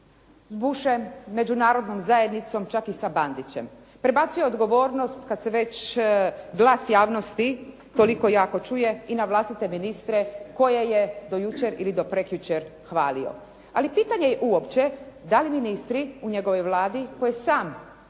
S Bushem, Međunarodnom zajednicom čak i sa Bandićem. Prebacuje odgovornost kad se već glas javnosti toliko jako čuje i na vlastite ministre koje je do jučer ili do prekjučer hvalio. Ali pitanje je uopće da li ministri u njegovoj Vladi koje sam